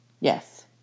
Yes